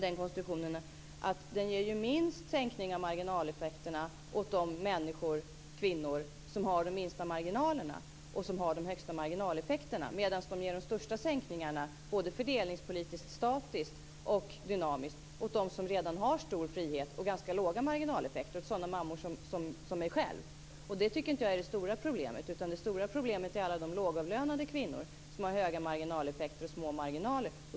Den ger ju minst sänkning av marginaleffekterna åt de människor, kvinnor, som har de minsta marginalerna och de högsta marginaleffekterna. De största sänkningarna, såväl fördelningspolitiskt statiskt som dynamiskt, ges åt dem som redan har ganska stor frihet och ganska låga marginaleffekter, dvs. mammor som jag själv. Det tycker inte jag är det stora problemet. Det stora problemet är alla de lågavlönade kvinnor med höga marginaleffekter och små marginaler.